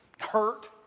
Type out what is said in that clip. hurt